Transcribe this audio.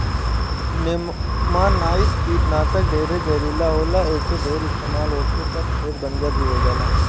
नेमानाइट कीटनाशक ढेरे जहरीला होला ऐसे ढेर इस्तमाल होखे पर खेत बंजर भी हो जाला